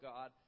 God